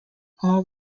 all